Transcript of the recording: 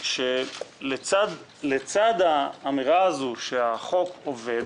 לשנות חוק שהוא צודק,